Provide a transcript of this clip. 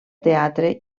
teatre